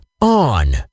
On